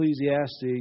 Ecclesiastes